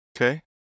Okay